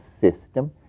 system